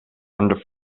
under